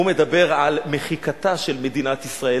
הוא מדבר על מחיקתה של מדינת ישראל,